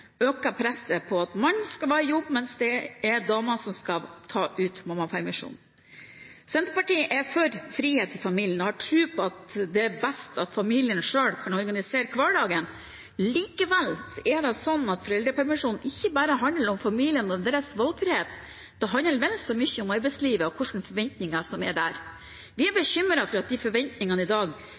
øker presset på at mannen skal være i jobb, mens det er damen som skal ta ut permisjonen. Senterpartiet er for frihet for familiene og har tro på at det er best at familiene selv kan organisere hverdagen. Likevel er det slik at foreldrepermisjon ikke bare handler om familiene og deres valgfrihet; det handler vel så mye om arbeidslivet og hvilke forventninger som er der. Vi er bekymret for at de forventningene i dag